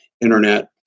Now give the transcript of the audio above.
internet